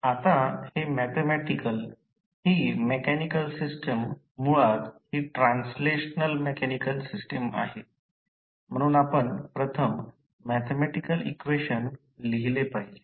आता हे मॅथॅमॅटिकल ही मेकॅनिकल सिस्टम मुळात ही ट्रान्सलेशनल मेकॅनिकल सिस्टम आहे म्हणून आपण प्रथम मॅथॅमॅटिकल इक्वेशन लिहिले पाहिजे